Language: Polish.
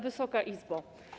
Wysoka Izbo!